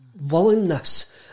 willingness